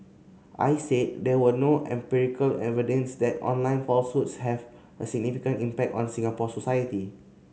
I said there was no empirical evidence that online falsehoods have a significant impact on Singapore society